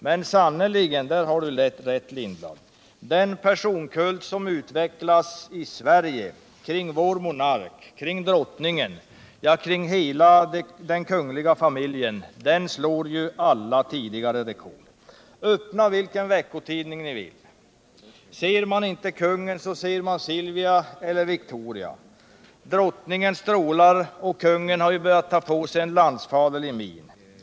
Men sannerligen har Hans Lindblad rätt i att den personkult som utvecklats i Sverige kring vår monark, kring drottningen och kring hela den kungliga familjen, den slår alla tidigare rekord. Öppna vilken veckotidning ni vill! Ser man inte kungen så ser man Silvia eller Victoria. Drottningen strålar, och kungen har börjat ta på sig en landsfaderlig min.